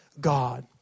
God